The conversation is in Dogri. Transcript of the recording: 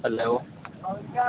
हैलो